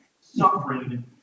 suffering